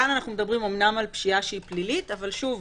כאן אנחנו מדברים על פשיעה שהיא אמנם פלילית אבל שוב,